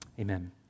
Amen